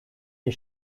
les